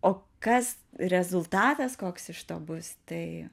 o kas rezultatas koks iš to bus tai